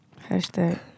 Hashtag